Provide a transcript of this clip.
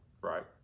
right